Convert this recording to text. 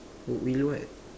will what